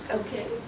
okay